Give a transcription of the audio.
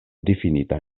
difinita